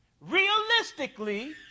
realistically